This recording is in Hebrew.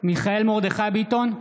מיכאל מרדכי ביטון,